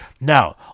now